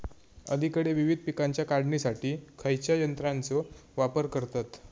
अलीकडे विविध पीकांच्या काढणीसाठी खयाच्या यंत्राचो वापर करतत?